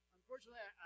Unfortunately